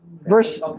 Verse